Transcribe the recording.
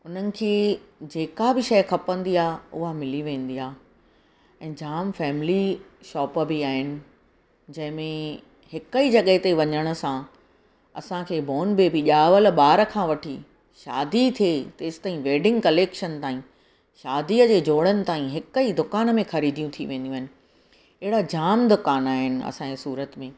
उन्हनि खे जेका बि शइ खपंदी आहे उहा मिली वेंदी आहे जामु फैमिली शॉप बि आहिनि जंहिं में हिक ई जॻहि ते वञण सां असांखे बॉर्न बेबी ॼावलु ॿार खां वठी शादी थिए तेसिताईं वेडिंग कलेक्शन ताईं शादीअ जे जोड़नि हिक ई दुकान में ख़रीदियूं थी वेंदियूं आहिनि अहिड़ा जामु दुकान आहिनि असांजे सूरत में